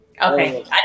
Okay